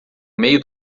meio